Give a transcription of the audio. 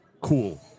cool